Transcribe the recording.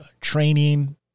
training